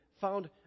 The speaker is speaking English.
found